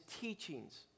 teachings